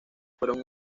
fueron